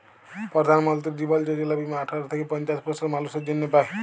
পরধাল মলতিরি জীবল যজলা বীমা আঠার থ্যাইকে পঞ্চাশ বসরের মালুসের জ্যনহে পায়